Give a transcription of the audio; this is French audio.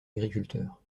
agriculteurs